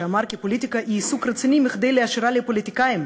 כי פוליטיקה היא עיסוק רציני מכדי להשאירה לפוליטיקאים,